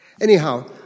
Anyhow